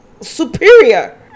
superior